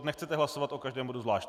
Nechcete hlasovat o každém bodu zvlášť?